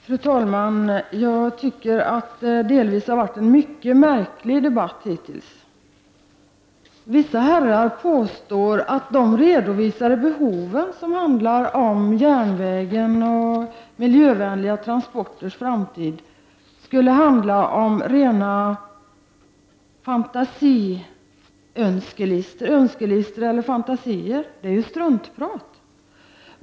Fru talman! Jag tycker att det delvis har varit en mycket märklig debatt hittills. Vissa herrar påstår att de redovisade behoven när det gäller järnvägen och framtiden för miljövänliga transporter skulle vara önskelistor och rena fantasier. Det är struntprat!